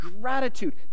gratitude